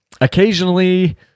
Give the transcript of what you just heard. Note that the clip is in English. Occasionally